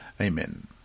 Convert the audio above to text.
Amen